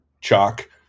chalk